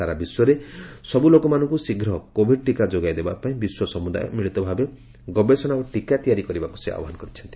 ସାରା ବିଶ୍ୱରେ ସବୁ ଲୋକମାନଙ୍କୁ ଶୀଘ୍ର କୋଭିଡ ଟିକା ଯୋଗାଇ ଦେବାପାଇଁ ବିଶ୍ୱ ସମୁଦାୟ ମିଳିତଭାବେ ଗବେଷଣା ଓ ଟିକା ତିଆରି କରିବାକୁ ସେ ଆହ୍ପାନ ଜଣାଇଛନ୍ତି